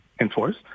enforce